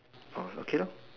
orh okay lah